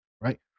right